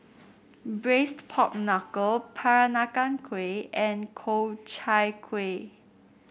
Braised Pork Knuckle Peranakan Kueh and Ku Chai Kuih